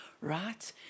right